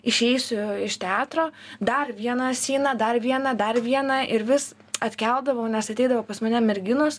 išeisiu iš teatro dar vieną syną dar vieną dar vieną ir vis atkeldavau nes ateidavo pas mane merginos